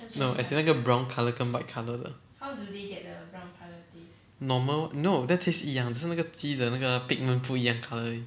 no as in like 那个 brown colour 跟 white colour 的 normal lor no that taste 一样只是那个鸡的那个 pigment 不一样 colour 而已